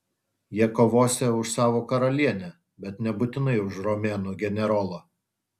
jie kovosią už savo karalienę bet nebūtinai už romėnų generolą